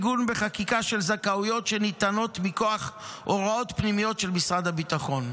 עיגון בחקיקה של זכאויות שניתנות מכוח הוראות פנימיות של משרד הביטחון.